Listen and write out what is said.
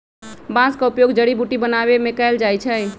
बांस का उपयोग जड़ी बुट्टी बनाबे में कएल जाइ छइ